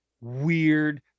weird